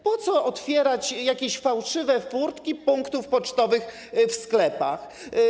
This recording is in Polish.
Po co otwierać jakieś fałszywe furtki w postaci punktów pocztowych w sklepach?